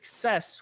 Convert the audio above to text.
success